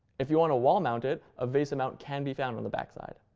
if you want to wall mount it, a vesa mount can be found on the backside.